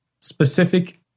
specific